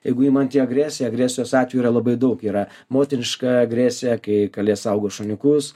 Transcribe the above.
jeigu įmant į agresiją agresijos atvejų yra labai daug yra moteriška agresija kai kalė saugo šuniukus